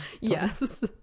Yes